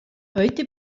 heute